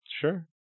Sure